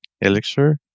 Elixir